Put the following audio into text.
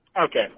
Okay